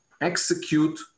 execute